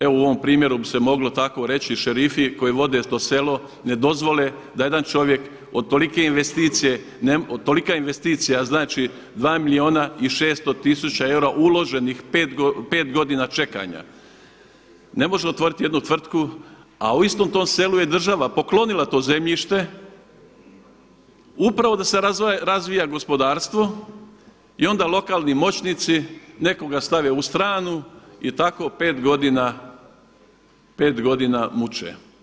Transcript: Evo u ovom primjeru bi se moglo tako reći, šerifi koji vode to selo ne dozvole da jedan čovjek od tolike investicije, tolika investicija znači 2 milijuna i 600 tisuća eura uloženih 5 godina čekanja, ne može otvoriti jednu tvrtku a u istom tom selu je država poklonila to zemljište upravo da se razvija gospodarstvo i onda lokalni moćnici nekoga stave u stranu i tako pet godina muče.